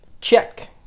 check